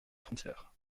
frontière